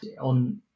On